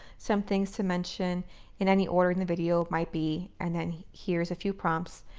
some things to mention in any order in the video might be, and then here's a few prompts,